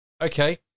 Okay